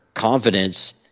confidence